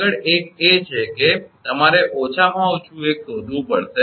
આગળ એક એ છે કે તમારે ઓછામાં ઓછું એક શોધવું પડશે